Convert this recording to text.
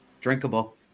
drinkable